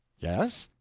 yes?